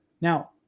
Now